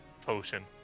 potion